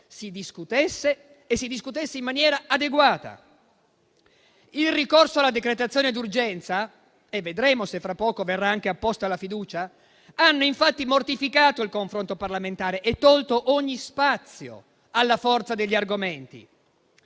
si discutesse e lo si facesse in maniera adeguata. Il ricorso alla decretazione d'urgenza - e vedremo se fra poco verrà apposta la fiducia - ha infatti mortificato il confronto parlamentare e tolto ogni spazio alla forza degli argomenti.